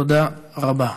תודה רבה.